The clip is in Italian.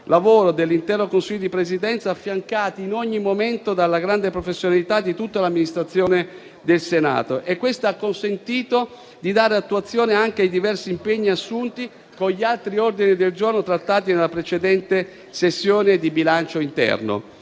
lavoro dall'intero Consiglio di Presidenza, affiancato in ogni momento dalla grande professionalità di tutta l'Amministrazione del Senato, che ha consentito di dare attuazione ai diversi impegni assunti con gli altri ordini del giorno trattati nella precedente sessione di bilancio interno.